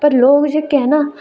पर लोक जेहके है ना